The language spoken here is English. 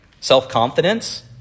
Self-confidence